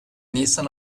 nisan